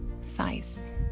size